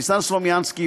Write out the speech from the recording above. ניסן סלומינסקי,